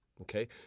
Okay